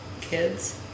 kids